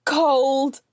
cold